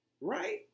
Right